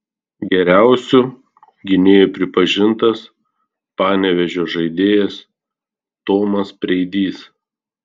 geriausiu gynėju pripažintas panevėžio žaidėjas tomas preidys